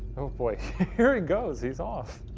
oh boy, here he goes. he's off!